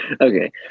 Okay